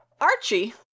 Archie